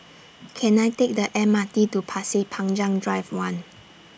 Can I Take The M R T to Pasir Panjang Drive one